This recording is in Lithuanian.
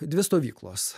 dvi stovyklos